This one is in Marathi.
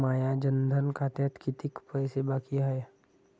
माया जनधन खात्यात कितीक पैसे बाकी हाय?